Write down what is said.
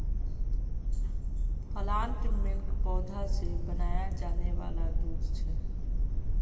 plant milk पौधा से बनाया जाने वाला दूध छे